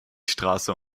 straße